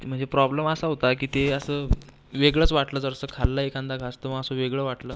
म्हणजे प्रॉब्लम असा होता की ते असं वेगळंच वाटलं जरासं खाल्लं आहे एखादा घास तेव्हा असं वेगळं वाटलं